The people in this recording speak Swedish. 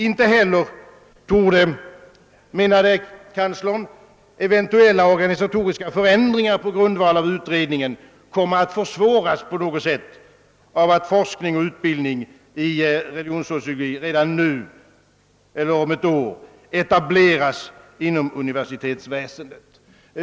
Inte heller torde, menade kanslern, eventuella organisatoriska förändringar på grundval av utredningen komma att försvåras på något sätt av att forskning och utbildning i religionssociologi redan nu eller om ett år etableras inom universitetsväsendet.